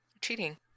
cheating